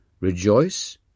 rejoice